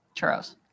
Churros